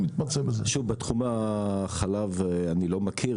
בתחום החלב אני לא מכיר,